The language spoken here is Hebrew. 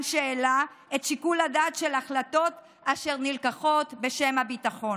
שאלה את שיקול הדעת של החלטות אשר נלקחות בשם הביטחון.